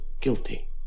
guilty